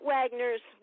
Wagner's